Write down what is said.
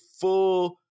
full